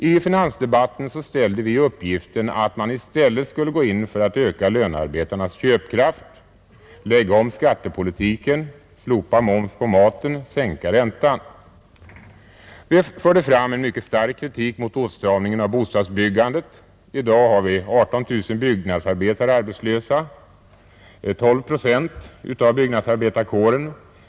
I finansdebatten föreslog vi att man i stället skulle gå in för att öka lönearbetarnas köpkraft, lägga om skattepolitiken, slopa moms på maten och sänka räntan, Vi förde fram en mycket stark kritik mot åtstramningen av bostadsbyggandet. I dag har vi 18 000 byggnadsarbetare arbetslösa, 12 procent av byggnadsarbetarkåren.